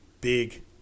big